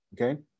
Okay